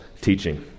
teaching